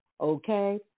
Okay